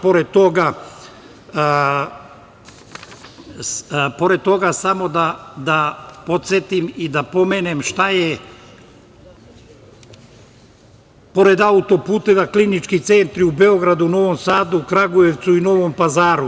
Pored toga samo da podsetim i da pomenem šta je, pored autoputeva, klinički centri u Beogradu, Novom Sadu, Kragujevcu i Novom Pazaru.